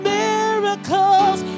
miracles